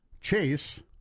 Chase